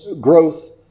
growth